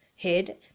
head